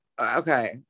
okay